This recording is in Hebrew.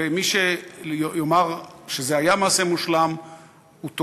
הייתה מעשה מושחת.